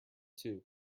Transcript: two